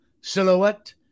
Silhouette